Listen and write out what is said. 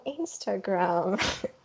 Instagram